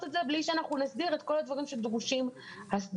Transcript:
את זה בלי שאנחנו נסדיר את כל הדברים שדרושים הסדרה.